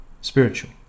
spiritual